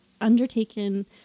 undertaken